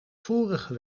vorige